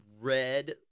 red